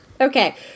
Okay